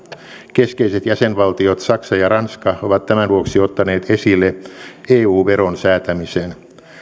keskeiset jäsenvaltiot saksa ja ranska ovat tämän vuoksi ottaneet esille eu veron säätämisen